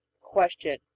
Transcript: Question